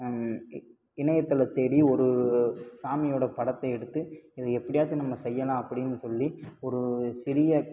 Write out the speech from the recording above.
இணையதளம் தேடி ஒரு சாமியோட படத்தை எடுத்து இதை எப்படியாச்சும் நம்ம செய்யலாம் அப்படின்னு சொல்லி ஒரு சிறிய